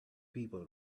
people